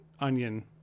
onion